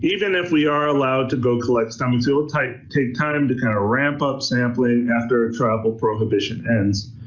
even if we are allowed to go collect some stomach so type, take time to kind of ramp up sampling after a travel prohibition ends.